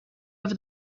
over